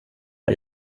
att